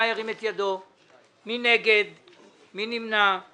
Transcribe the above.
אם אפשר להרחיב על הנושא של פיתוח הנגב